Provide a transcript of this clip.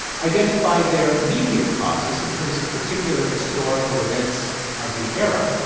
identify their immediate causes in terms of particular historical events of the era.